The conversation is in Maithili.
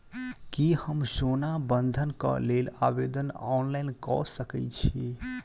की हम सोना बंधन कऽ लेल आवेदन ऑनलाइन कऽ सकै छी?